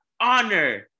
honor